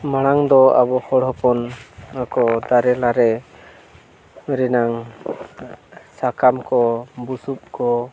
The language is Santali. ᱢᱟᱲᱟᱝ ᱫᱚ ᱟᱵᱚ ᱦᱚᱲ ᱦᱚᱯᱚᱱ ᱠᱚ ᱫᱟᱨᱮ ᱱᱟᱨᱮ ᱨᱮᱱᱟᱝ ᱥᱟᱠᱟᱢ ᱠᱚ ᱵᱩᱥᱩᱵ ᱠᱚ